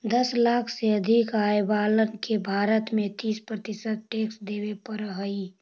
दस लाख से अधिक आय वालन के भारत में तीस प्रतिशत टैक्स देवे पड़ऽ हई